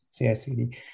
CICD